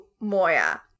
Moya